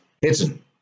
hidden